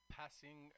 passing